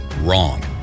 Wrong